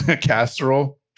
Casserole